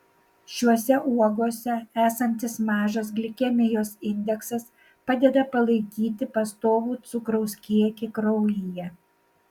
šiose uogose esantis mažas glikemijos indeksas padeda palaikyti pastovų cukraus kiekį kraujyje